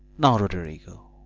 now, roderigo,